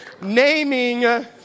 Naming